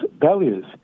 values